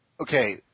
okay